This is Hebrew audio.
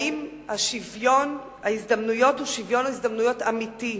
האם שוויון ההזדמנויות הוא שוויון הזדמנויות אמיתי?